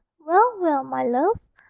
well, well, my loves,